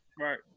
right